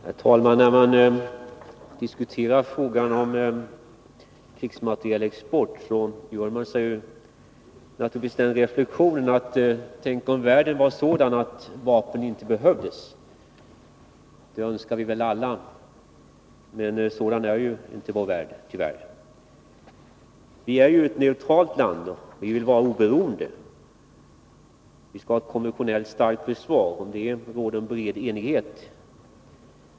Herr talman! När man diskuterar frågan om krigsmaterielexport gör man naturligtvis reflexionen: Tänk om världen vore sådan att vapen inte behövdes. Det önskar vi väl alla, men sådan är tyvärr inte vår värld. Sverige är ett neutralt land och vill vara oberoende. Det råder bred enighet om att vi skall ha ett konventionellt starkt försvar.